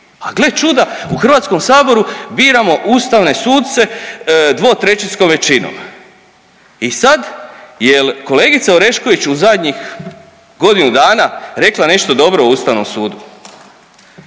a gle čuda u HS biramo ustavne suce dvotrećinskom većinom. I sad jel kolegica Orešković u zadnjih godinu dana rekla nešto dobro o Ustavnom sudu?